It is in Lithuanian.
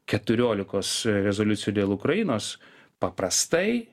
keturiolikos rezoliucijų dėl ukrainos paprastai